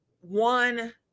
one